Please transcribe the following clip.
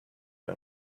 are